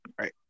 Right